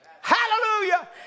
Hallelujah